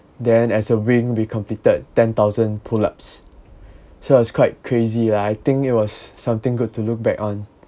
then as a wing we completed ten thousand pull ups so it was quite crazy lah I think it was something good to look back on